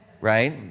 right